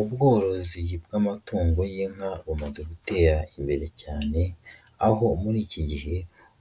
Ubworozi bw'amatungo y'inka bumaze gutera imbere cyane aho muri iki gihe